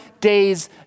days